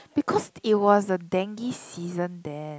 because it was a dengue season then